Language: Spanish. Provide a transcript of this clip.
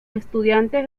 estudiantes